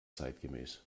zeitgemäß